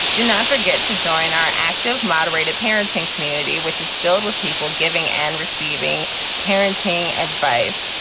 do not forget to join our active, moderated parenting community, which is filled with people giving and receiving parenting advice.